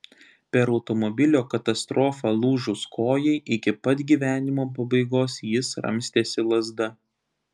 per automobilio katastrofą lūžus kojai iki pat gyvenimo pabaigos jis ramstėsi lazda